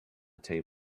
table